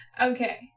Okay